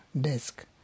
desk